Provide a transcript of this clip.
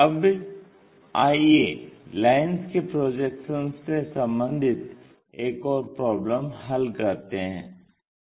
अबआइये lines के projections से सम्बंधित एक और प्रॉब्लम हल करते हैं